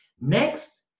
Next